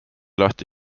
lahti